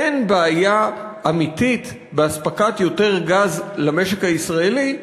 אין בעיה אמיתית באספקת יותר גז למשק הישראלי,